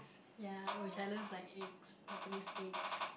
ya which I loved like eggs Japanese eggs